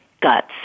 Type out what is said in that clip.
guts